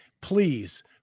please